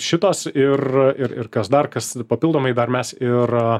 šitos ir ir ir kas dar kas papildomai dar mes ir